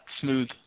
smooth